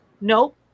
Nope